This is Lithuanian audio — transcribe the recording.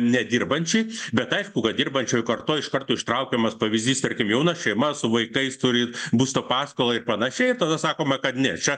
nedirbančiai bet aišku kad dirbančioj kartoj iš karto ištraukiamas pavyzdys tarkim jauna šeima su vaikais turi būsto paskolą ir panašiai ir tada sakoma kad ne čia